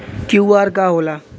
QR का होला?